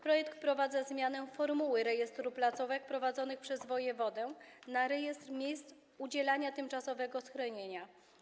Projekt wprowadza zmianę formuły z rejestru placówek prowadzonych przez wojewodę na rejestr miejsc udzielania tymczasowego schronienia.